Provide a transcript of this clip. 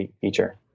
feature